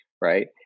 Right